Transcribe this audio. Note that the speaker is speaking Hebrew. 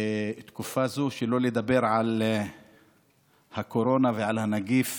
בתקופה זו שלא לדבר על הקורונה ועל הנגיף